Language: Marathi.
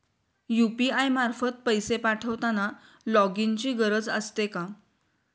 यु.पी.आय मार्फत पैसे पाठवताना लॉगइनची गरज असते का?